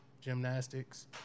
gymnastics